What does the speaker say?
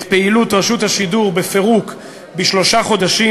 את פעילות רשות השידור בפירוק בשלושה חודשים,